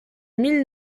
mille